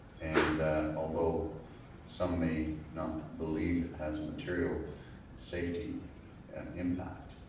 and although some may not believe it has a material safety impact,